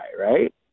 right